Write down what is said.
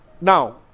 Now